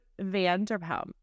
Vanderpump